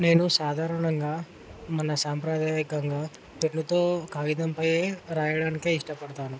నేను సాధారణంగా మన సాంప్రదాయకంగా పెన్నుతో కాగితంపై రాయడానికె ఇష్టపడతాను